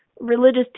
religious